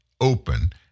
open